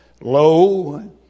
Lo